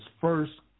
first